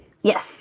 Yes